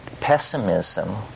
pessimism